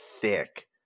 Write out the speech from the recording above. thick